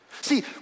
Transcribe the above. See